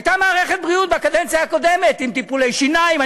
הייתה מערכת בריאות בקדנציה הקודמת עם טיפולי שיניים,